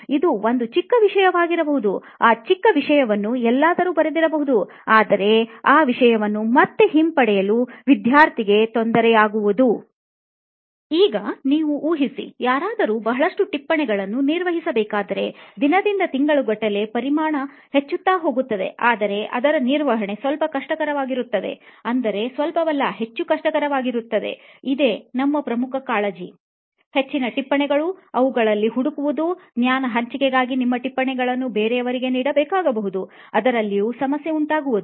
ಇದು ಒಂದು ಚಿಕ್ಕ ವಿಷಯವಾಗಿರಬಹುದು ಆದರೆ ಆ ಚಿಕ್ಕ ವಿಷಯವನ್ನು ಎಲ್ಲಿಯಾದರೂ ಬರೆಯಬಹುದು ಆದರೆ ಆ ವಿಷಯವನ್ನು ಮತ್ತೆ ಹಿಂಪಡೆಯಲು ವಿದ್ಯಾರ್ಥಿಗಳಿಗೆ ತೊಂದರೆಯಾಗುವುದು ಈಗ ನೀವು ಊಹಿಸಿ ಯಾರಾದರೂ ಬಹಳಷ್ಟು ಟಿಪ್ಪಣಿಗಳನ್ನು ನಿರ್ವಹಿಸಬೇಕಾದರೆ ದಿನದಿಂದ ತಿಂಗಳುಗಟ್ಟಲೆ ಪರಿಮಾಣ ಹೆಚ್ಚುತ್ತಾ ಹೋಗುವುದು ಆಗ ಅದರ ನಿರ್ವಹಣೆ ಸ್ವಲ್ಪ ಕಷ್ಟವಾಗುತ್ತದೆ ಅಂದರೆ ಸ್ವಲ್ಪವಲ್ಲ ಹೆಚ್ಚು ಕಷ್ಟಕರವಾಗುತ್ತದೆ ಇದೆ ನಮ್ಮ ಪ್ರಮುಖ ಕಾಳಜಿ ಹೆಚ್ಚಿನ ಟಿಪ್ಪಣಿಗಳು ಅವುಗಳಲ್ಲಿ ಹುಡುಕುವುದು ಜ್ಞಾನ ಹಂಚಿಕೆಗಾಗಿ ನಿಮ್ಮ ಟಿಪ್ಪಣಿಗಳನ್ನು ಬೇರೆಯವರಿಗೆ ನೀಡಬೇಕಾಗಬಹುದು ಅದರಲ್ಲಿಯೂ ಸಮಸ್ಯೆ ಉಂಟಾಗುವುದು